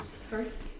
First